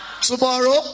Tomorrow